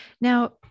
now